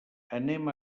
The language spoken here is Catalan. anem